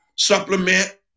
Supplement